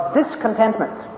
discontentment